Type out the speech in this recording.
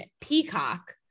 Peacock